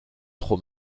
trop